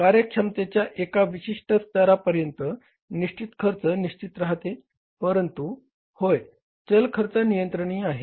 कार्यक्षमतेच्या एका विशिष्ट स्तरापर्यंत निश्चित खर्च निश्चित राहते परंतु होय चल खर्च नियंत्रणीय आहे